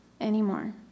anymore